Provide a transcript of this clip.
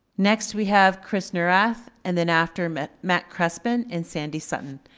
next, we have chris neurath and then after, matt matt crespin and sandy sutton.